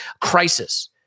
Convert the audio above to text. crisis